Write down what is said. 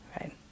right